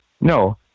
No